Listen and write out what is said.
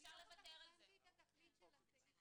--- ההפרדה היא מה שתפוס על ידי המשטרה,